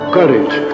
courage